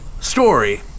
story